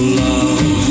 love